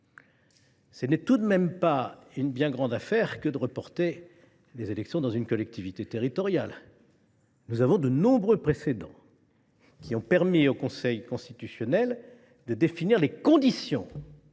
Ce n’est tout de même pas une bien grande affaire que de reporter les élections dans une collectivité territoriale ! Nous avons de nombreux précédents, qui ont permis au Conseil constitutionnel de définir les conditions